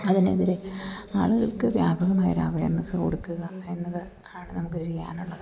അതിന് എതിരെ ആളുകൾക്ക് വ്യാപകമായ ഒരു അവേർനെസ്സ് കൊടുക്കുക എന്നത് ആണ് നമുക്ക് ചെയ്യാനുള്ളത്